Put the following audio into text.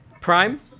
Prime